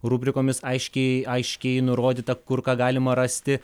rubrikomis aiškiai aiškiai nurodyta kur ką galima rasti